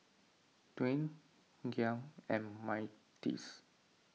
Dawne Gia and Myrtis